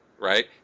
right